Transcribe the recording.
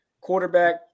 Quarterback